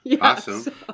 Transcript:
Awesome